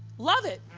love it.